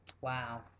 Wow